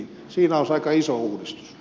siinä olisi aika iso uudistus